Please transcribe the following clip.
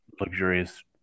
luxurious